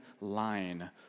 line